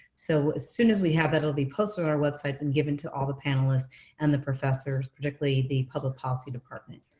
so as soon as we have it, it will be posted on our website and given to all the panelists and the professors, particularly the public policy department.